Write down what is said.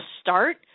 start